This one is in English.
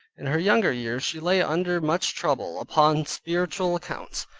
in her younger years she lay under much trouble upon spiritual accounts,